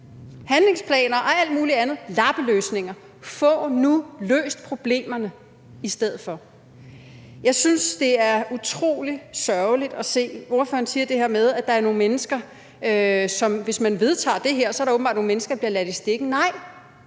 Handlingsplaner og alt muligt andet er lappeløsninger, få nu løst problemerne i stedet for. Jeg synes, det er utrolig sørgeligt at høre, at ordføreren siger det her med, at der åbenbart er nogle mennesker, som, hvis man vedtager det her, bliver ladt i stikken. Nej,